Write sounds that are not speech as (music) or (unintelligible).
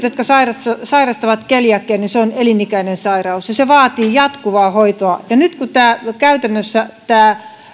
(unintelligible) jotka sairastavat keliakiaa se on elinikäinen sairaus ja se vaatii jatkuvaa hoitoa nyt kun käytännössä tämä